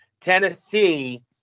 Tennessee